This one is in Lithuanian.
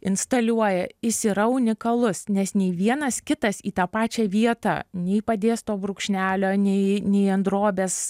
instaliuoja jis yra unikalus nes nei vienas kitas į tą pačią vietą nei padės to brūkšnelio nei nei ant drobės